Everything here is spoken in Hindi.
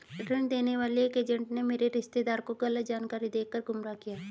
ऋण देने वाले एक एजेंट ने मेरे रिश्तेदार को गलत जानकारी देकर गुमराह किया